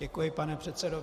Děkuji pane předsedo.